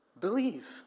Believe